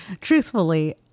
Truthfully